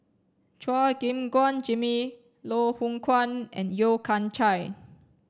Chua Gim Guan Jimmy Loh Hoong Kwan and Yeo Kian Chye